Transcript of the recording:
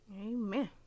Amen